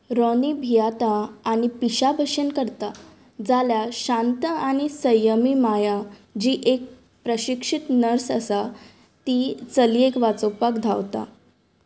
Ronnie भियाता आनी पिशा बशेन करता जाल्यार शांत आनी संयमी माया जी एक प्रशिक्षीत नर्स आसा ती चलयेक वाचोवपाक धांवता